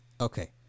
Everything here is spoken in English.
Okay